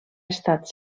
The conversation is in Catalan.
estat